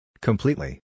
Completely